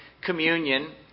communion